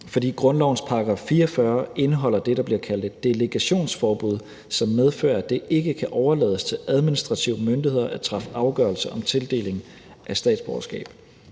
det. Grundlovens § 44 indeholder det, der bliver kaldt et delegationsforbud, som medfører, at det ikke kan overlades til administrative myndigheder at træffe afgørelse om tildeling af statsborgerskab.